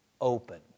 open